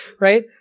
right